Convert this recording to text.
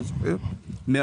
לא חשוב כרגע,